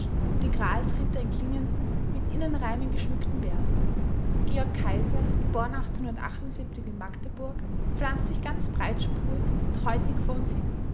und die gralsritter in klingenden mit innenreimen geschmückten versen seine romantrilogie die weißen götter erheischt respekt georg kaiser ge in magdeburg pflanzt sich ganz breitspurig und heutig vor uns hin